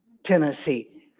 Tennessee